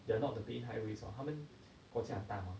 they are not the main highways ah 他们国家很大吗:ta men guo jia hen dama